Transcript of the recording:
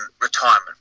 retirement